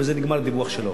ובזה נגמר הדיווח שלו.